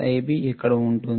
Ib ఇక్కడ ఉంటుంది